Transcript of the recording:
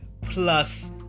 plus